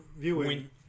viewing